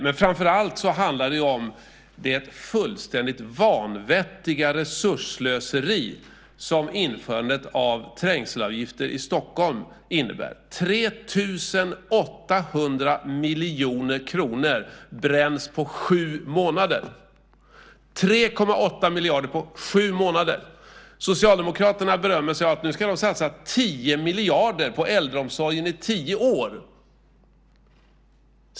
Men framför allt handlar det om det fullständigt vanvettiga resursslöseri som införandet av trängselavgifter i Stockholm innebär. 3 800 miljoner kronor bränns på sju månader - 3,8 miljarder på sju månader. Socialdemokraterna berömmer sig av att de nu ska satsa 10 miljarder på äldreomsorgen under tio år.